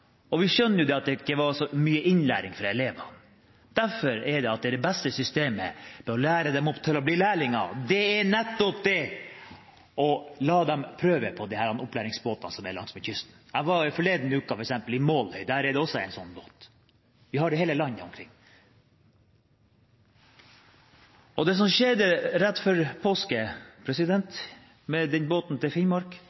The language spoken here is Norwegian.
så mye innlæring for elevene. Derfor er det beste systemet for å lære dem opp til å bli lærlinger nettopp å la dem prøve seg på disse opplæringsbåtene som er langs kysten. Jeg var forleden uke i Måløy, og der er det også en slik båt. Vi har det omkring i hele landet. Og det som skjedde rett før påske